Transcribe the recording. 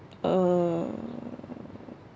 uh